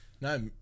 No